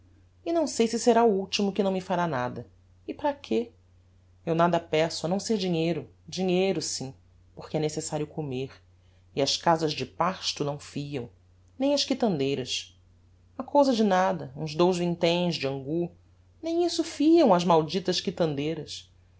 e não sei se será o ultimo que não me fará nada e para que eu nada peço a não ser dinheiro dinheiro sim porque é necessario comer e as casas de pasto não fiam nem as quitandeiras uma cousa de nada uns dous vinténs de angú nem isso fiam as malditas quitandeiras